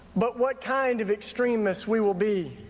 but what kind of extremists we will be.